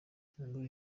cyangwa